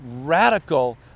radical